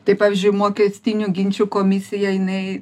tai pavyzdžiui mokestinių ginčų komisijai jinai